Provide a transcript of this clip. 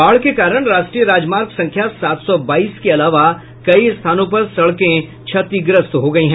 बाढ़ के कारण राष्ट्रीय राजमार्ग संख्या सात सौ बाईस के अलावा कई स्थानों पर सड़कें क्षतिग्रस्त हुई हैं